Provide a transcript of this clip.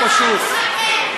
אתה משקר,